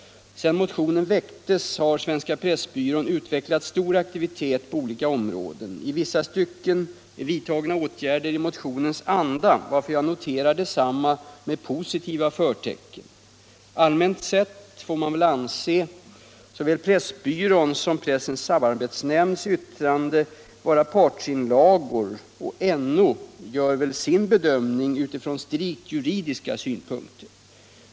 Sedan motionen väcktes har Svenska Pressbyrån utvecklat stor aktivitet på olika områden. I vissa stycken är åtgärder vidtagna i motionens anda, vilket jag noterar med positiva förtecken. Allmänt sett får man väl ändå anse såväl Pressbyråns som Pressens samarbetsnämnds yttrande vara partsinlagor och NO gör sin bedömning utifrån strikt juridiska synpunkter.